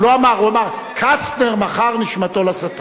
הוא לא אמר, הוא אמר: קסטנר מכר נשמתו לשטן.